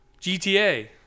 GTA